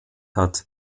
hat